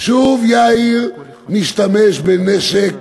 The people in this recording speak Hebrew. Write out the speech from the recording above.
שוב יאיר משתמש בנשק